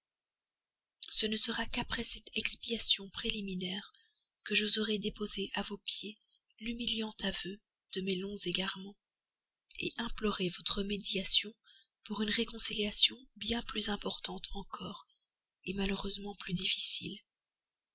ce ne sera qu'après cette expiation préliminaire que j'oserai déposer à vos pieds l'humiliant aveu de mes longs égarements implorer votre médiation pour une réconciliation bien plus importante encore malheureusement plus difficile